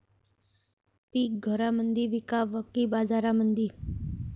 पीक घरामंदी विकावं की बाजारामंदी?